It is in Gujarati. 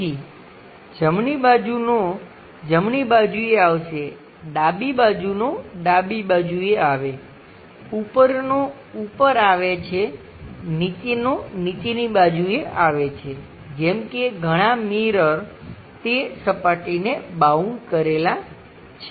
તેથી જમણી બાજુનો જમણી બાજુએ આવશે ડાબી બાજુનો ડાબી બાજુએ આવે ઉપરનો ઉપર આવે છે નીચેનો નીચેની બાજુએ આવે છે જેમ કે ઘણા મિરર તે સપાટીને બાઉન્ડ કરેલાં છે